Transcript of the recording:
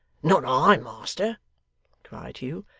not i, master cried hugh.